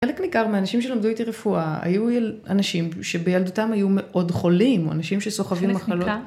חלק ניכר מהאנשים שלמדו איתי רפואה היו אנשים שבילדותם היו מאוד חולים או אנשים שסוחבים מחלות.